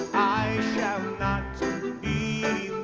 i shall not be